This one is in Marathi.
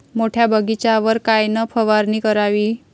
मोठ्या बगीचावर कायन फवारनी करावी?